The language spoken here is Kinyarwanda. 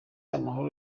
amahoro